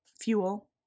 fuel